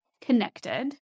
connected